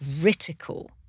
critical